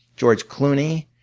george clooney,